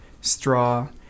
straw